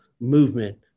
Movement